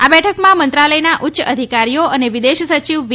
આ બેઠકમાં મંત્રાલયના ઉચ્ય અધિકારીઓ અને વિદેશ સચિવ વી